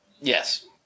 yes